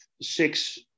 six